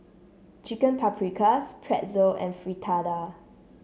Chicken Paprikas Pretzel and Fritada